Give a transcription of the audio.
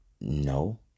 No